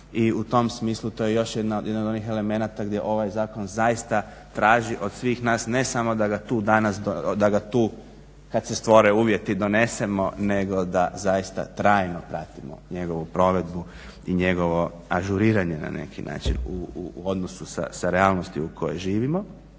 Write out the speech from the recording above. i u tom smislu to je još jedan od onih elemenata gdje ovaj zakon zaista traži od svih nas ne samo da ga tu danas, kad se stvore uvjeti donesemo nego da zaista trajno pratimo njegovu provedbu i njegovo ažuriranje na neki način u odnosu sa realnosti u kojoj živimo.